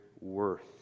worth